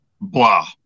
blah